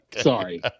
Sorry